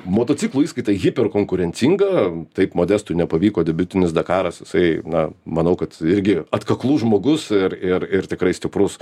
motociklų įskaita hyperkonkurencinga taip modestui nepavyko debiutinis dakaras jisai na manau kad irgi atkaklus žmogus ir ir ir tikrai stiprus